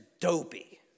dopey